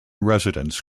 residents